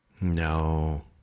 No